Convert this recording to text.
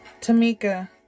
Tamika